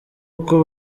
uko